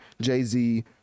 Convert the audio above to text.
jay-z